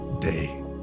day